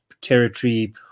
territory